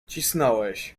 cisnąłeś